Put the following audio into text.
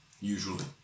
Usually